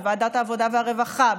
בוועדת העבודה והרווחה,